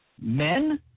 men